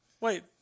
Wait